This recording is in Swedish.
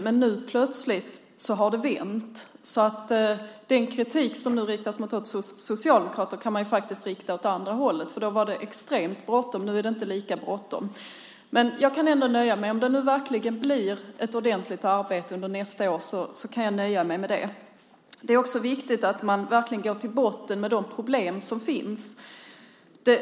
Men nu har det plötsligt vänt. Den kritik som nu riktas mot oss socialdemokrater kan vi alltså rikta åt andra hållet. Då var det extremt bråttom. Nu är det inte lika bråttom. Men om det nu verkligen blir ett ordentligt arbete under nästa år kan jag nöja mig med det. Det är också viktigt att man verkligen går till botten med de problem som finns.